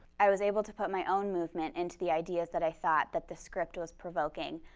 i was able to put my own movement into the ideas that i thought that the script was provoking.